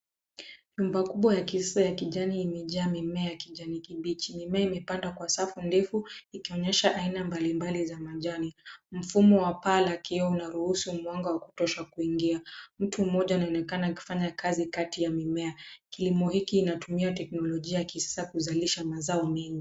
Nyumba kubwa ya kisasa ya kijani imejaa mimea ya kijani kibichi. Mimea imepanda kwa safu ndefu ikionyesha aina mbalimbali za majani. Mfumo wa paa la kioo unaruhusu mwanga wa kutosha kuingia. Mtu mmoja anaonekana akifanya kazi kati ya mimea. Kilimo hiki kinatumia teknolojia ya kisasa kuzalisha mazao mengi.